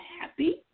happy